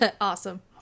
Awesome